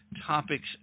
topics